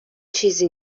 چیزی